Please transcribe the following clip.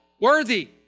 worthy